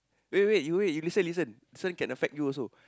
wait wait you wait you listen listen this one can affect you also